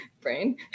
brain